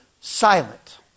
silent